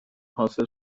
حاصل